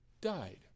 died